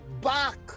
back